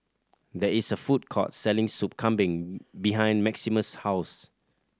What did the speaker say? there is a food court selling Soup Kambing behind Maximus' house